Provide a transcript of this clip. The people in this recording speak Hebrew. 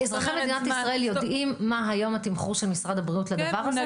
אזרחי מדינת ישראל יודעים מה התמחור היום של משרד הבריאות לדבר הזה?